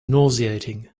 nauseating